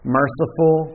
merciful